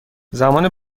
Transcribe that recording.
زمان